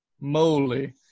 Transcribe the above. moly